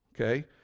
okay